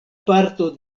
parto